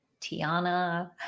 Tiana